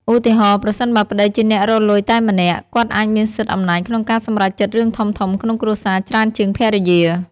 ឧទាហរណ៍ ប្រសិនបើប្ដីជាអ្នករកលុយតែម្នាក់ គាត់អាចមានសិទ្ធិអំណាចក្នុងការសម្រេចចិត្តរឿងធំៗក្នុងគ្រួសារច្រើនជាងភរិយា ។